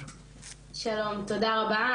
שלום, תודה רבה.